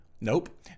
Nope